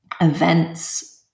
events